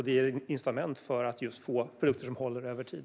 Det ger incitament för att få fram produkter som håller över tid.